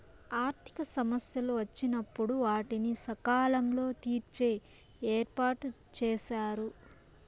ఆర్థిక సమస్యలు వచ్చినప్పుడు వాటిని సకాలంలో తీర్చే ఏర్పాటుచేశారు